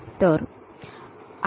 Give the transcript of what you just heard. तर आता याचा एक आयत पूर्ण करु